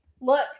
look